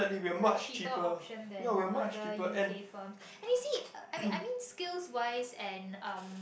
ya cheaper option than other U_K firms and you see I I mean I mean skills wise and um